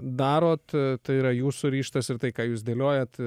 darot tai yra jūsų ryžtas ir tai ką jūs dėliojat